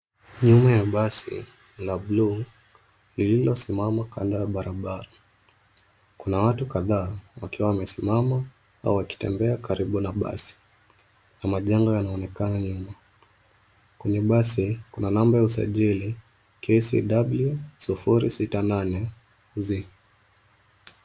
Nyuma ya basi la bluu lililosimama kando ya barabara. Kuna watu kadhaa wakiwa wamesimama au wakitembea karibu na basi na majengo yanaonekana nyuma. Kwenye basi kuna namba ya usajili KCW 068Z .